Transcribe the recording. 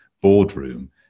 boardroom